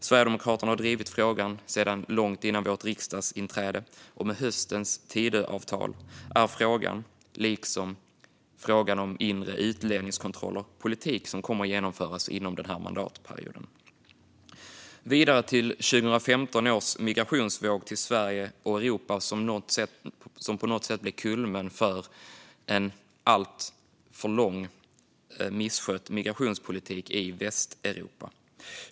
Sverigedemokraterna har drivit denna fråga sedan långt före vårt riksdagsinträde, och i och med höstens Tidöavtal är den, liksom frågan om inre utlänningskontroller, politik som kommer att genomföras under den här mandatperioden. Migrationsvågen till Sverige och Europa 2015 blev på något sätt kulmen på en under alltför lång tid misskött migrationspolitik i Västeuropa.